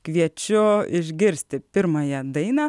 kviečiu išgirsti pirmąją dainą